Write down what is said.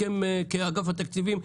כאגף תקציבים,